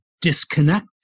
disconnect